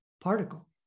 particle